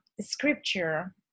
scripture